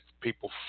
people